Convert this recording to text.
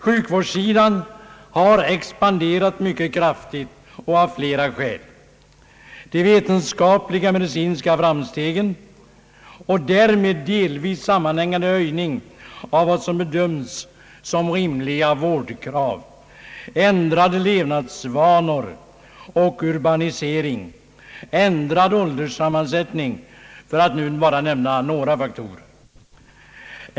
Sjukvårdssidan har expanderat mycket kraftigt, av flera skäl — de vetenskapliga medicinska framstegen och därmed delvis sammanhängande höjning av vad som bedömts vara rimliga vårdkrav, ändrade levnadsvanor, en fortgående urbanisering och ändrad ålderssammansättning för att nu bara nämna några faktorer.